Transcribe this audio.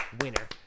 winner